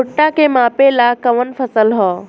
भूट्टा के मापे ला कवन फसल ह?